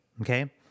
okay